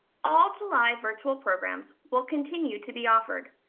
all to live virtual programs will continue to be offered.